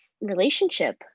relationship